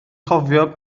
cofio